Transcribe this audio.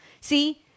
See